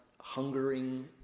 hungering